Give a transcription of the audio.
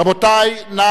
רבותי, נא